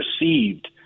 received